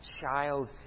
child